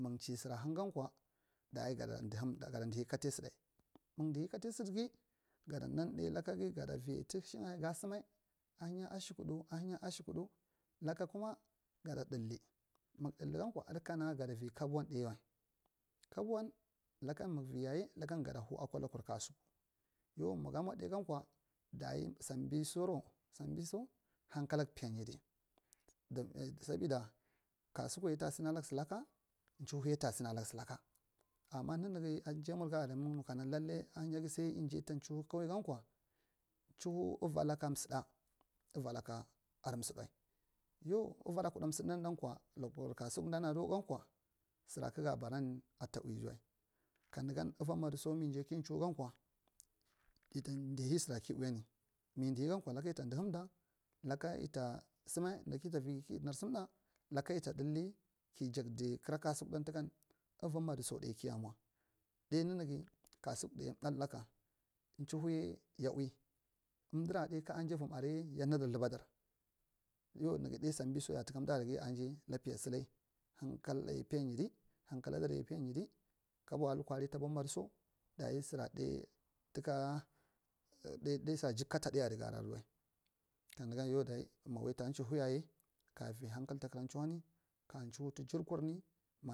Munk chey sura hangankwa dayi gada dihamda daye gada dihe katal saɗa, munk dihe katal saɗage gada nan ɗai lakage gada vi doushanga sama ahinyi ashufuɗu laka kuma gad ɗaidi munk daldi gankwa adikana gada vi kabun ɗaiwai, kabun laka munk vi yayi laka gadi hau akwa lakur kasuku yau muga mwa ɗai gankwa dayi sama soru, sambiso hankalak piya nya di sabida kasukuyi ta sinalak silaka chihoeya ta sinalak silaka ama nunuge a jayamurge aria mandu mi kana lallai ahinyage sal yi jai ta chi hoe gankwa chihoe uvalakan maɗa avalaka adi msadawai, yau avava uda msada dankwa lakur kasukudan adiwai gankwa sura kakga baran adta uigewal kanuga uva madiso mi jai ki chihoe gan kwa ita, dihe sora ki uini mi dihe gankwa laka yida dihamda laka ita sama na kita vi nur samada laka yida ɗaide ki jakai kara kasuku ɗan tukan uva madiso ɗai kiya mwa ɗai nunuge kasukuɗaya mnal lake chihoeya ya vi umdira ɗai ka a sai vam yayi ya nadir lumbadar you nigeɗai sombeso ya. a tuka umdirage ya a ɗai lapiya soley hankal ɗaiya piyanyidi nankaladar ya piyanyidi kaba alukwa ra ta bu madiso dayi sora ɗai tuka ɗai sora jikta ɗai aria adiwai kanugan yan adiya ma wal ta chihoe yayi ka vi hankal takara chihoen ka chinoe tu jirkurni ma.